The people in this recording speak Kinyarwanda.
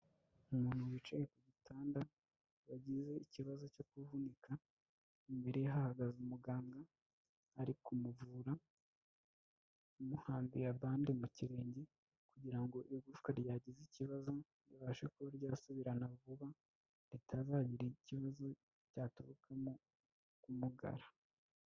Umuntu wicaye ku gitanda wagize ikibazo cyo kuvunika, imbere hagaze umuganga ari kumuvura umuhambira bande mu kirenge, kugira ngo igufwa ryagize ikibazo ribashe kuba ryasubirana vuba ritazagira ikibazo cyaturukamo kumugara.